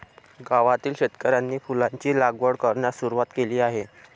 गावातील शेतकऱ्यांनी फुलांची लागवड करण्यास सुरवात केली आहे